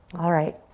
alright,